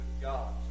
God